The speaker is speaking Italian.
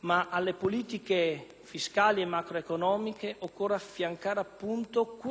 ma alle politiche fiscali e macroeconomiche occorre affiancare - appunto - questo federalismo fiscale,